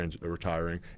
retiring